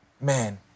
man